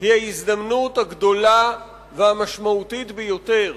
היא ההזדמנות הגדולה והמשמעותית ביותר